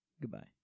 Goodbye